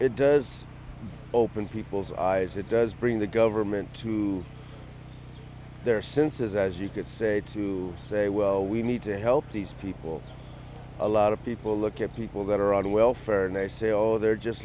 it does open people's eyes it does bring the government their senses as you could say to say well we need to help these people a lot of people look at people that are on welfare and they're just